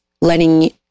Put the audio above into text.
letting